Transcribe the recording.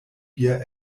via